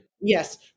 Yes